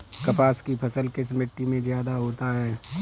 कपास की फसल किस मिट्टी में ज्यादा होता है?